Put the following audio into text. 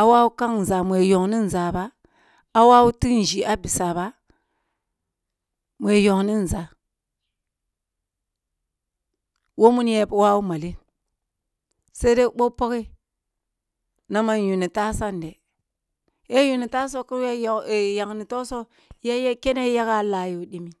A wawu kang nzah mu ya gogh ni nzag ba a wawu tik nzhi a biz aba mu yoghni nzah, who mini ya losow maleng said ai boh page na ma yuni tase si ya yuni tasa ka ya yigh ni togsigh yay a kene yall a kyo dimin?